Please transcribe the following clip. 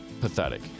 Pathetic